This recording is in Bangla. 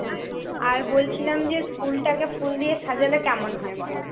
হ্যাঁ আর বলছিলাম যে স্কুলটাকে ফুল দিয়ে সাজালে কেমন হয় বলো